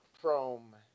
chrome